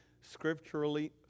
scripturally